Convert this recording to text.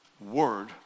word